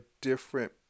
different